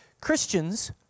Christians